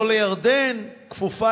לא לירדן, כפופה